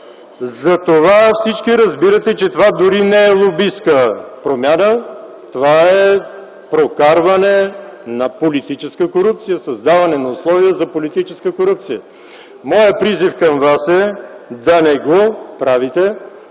Всички разбирате, че това дори не е лобистка промяна, а е прокарване на политическа корупция, създаване на условия за политическа корупция. Моят призив към вас е да не го правите,